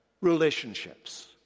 relationships